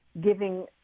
giving